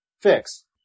fix